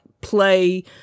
play